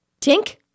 Tink